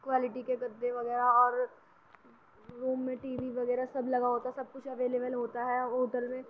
quality کے گدے وغیرہ اور روم میں ٹی وی وغیرہ سب لگا ہوتا ہے سب کچھ اویلبل ہوتا ہے ہوٹل میں